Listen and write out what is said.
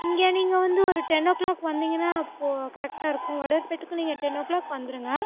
இங்கே நீங்கள் வந்து ஒரு டென் ஓ கிளாக் வந்தீங்கனா அப்போது கரெக்ட்டாக இருக்கும் வடுகர்பேட்டுக்கு நீங்கள் டென் ஓ கிளாக் வந்துருங்க